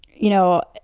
you know,